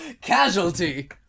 Casualty